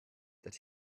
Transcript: that